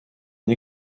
une